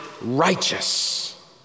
righteous